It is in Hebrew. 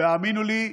והאמינו לי,